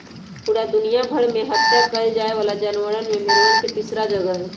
पूरा दुनिया भर में हत्या कइल जाये वाला जानवर में भेंड़वन के तीसरा जगह हई